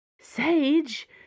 Sage